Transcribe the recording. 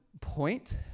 point